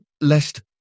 lest